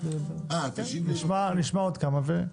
נשמע עוד כמה.